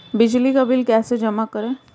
बिजली का बिल कैसे जमा करें?